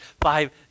five